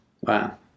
Wow